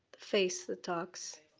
face the talks?